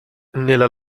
nella